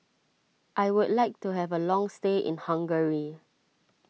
I would like to have a long stay in Hungary